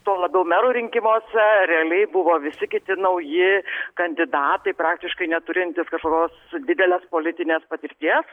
tuo labiau merų rinkimuose realiai buvo visi kiti nauji kandidatai praktiškai neturintys kažkokios didelės politinės patirties